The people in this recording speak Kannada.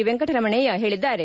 ವೆಂಕಟರಮಣಯ್ಯ ಹೇಳಿದ್ದಾರೆ